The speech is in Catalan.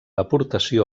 aportació